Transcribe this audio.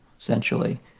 essentially